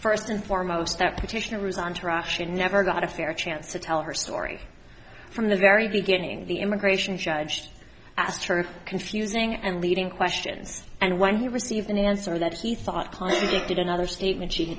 first and foremost that petitioner was entourage she never got a fair chance to tell her story from the very beginning the immigration judge asked her confusing and leading questions and when he received an answer that he thought contradicted another statement she